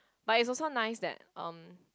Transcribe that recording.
but it's also nice that um